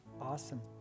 awesome